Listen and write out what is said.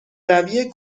روی